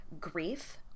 Grief